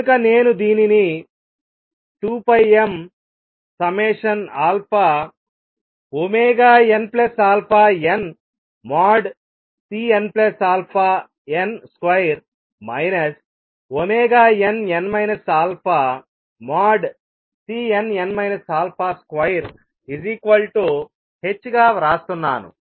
కనుక నేను దీనిని 2πmnαn|Cnαn |2 nn α|Cnn α |2h గా వ్రాస్తున్నాను